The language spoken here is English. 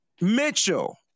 Mitchell